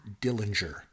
Dillinger